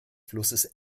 flusses